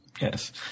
Yes